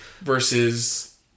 versus